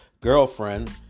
girlfriend